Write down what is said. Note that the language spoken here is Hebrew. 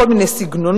בכל מיני סגנונות.